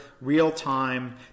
real-time